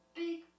big